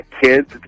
Kids